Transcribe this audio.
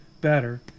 better